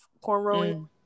cornrowing